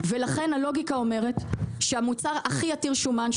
לכן הלוגיקה אומרת שהמוצר הכי עתיר שומן,